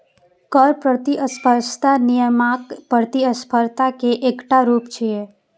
कर प्रतिस्पर्धा नियामक प्रतिस्पर्धा के एकटा रूप छियै